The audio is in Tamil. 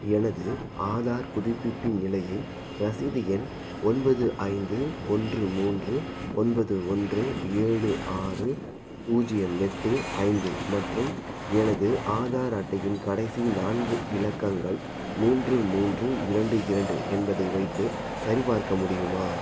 எனது ஆதார் புதுப்பிப்பின் நிலையை ரசிது எண் ஒன்பது ஐந்து ஒன்று மூன்று ஒன்பது ஒன்று ஏழு ஆறு பூஜ்யம் எட்டு ஐந்து மற்றும் எனது ஆதார் அட்டையின் கடைசி நான்கு இலக்கங்கள் மூன்று மூன்று இரண்டு இரண்டு என்பதை வைத்து சரிபார்க்க முடியுமா